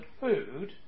food